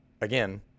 again